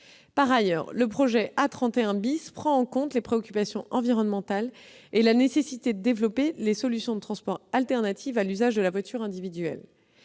Par ailleurs, le projet de l'A31 prend en compte les préoccupations environnementales et la nécessité de développer les solutions de transport alternatives à l'usage de la voiture individuelle.